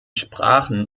sprachen